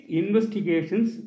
investigations